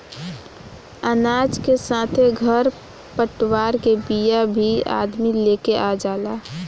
अनाज के साथे खर पतवार के बिया भी अदमी लेके आ जाला